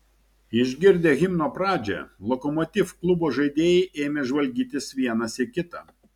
išgirdę himno pradžią lokomotiv klubo žaidėjai ėmė žvalgytis vienas į kitą